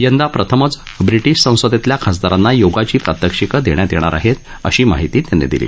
यंदा प्रथमच ब्रिटीश संसदेतल्या खासदारांना योगाची प्रात्यक्षिकं देण्यात येणार आहेत अशी माहिती त्यांनी दिली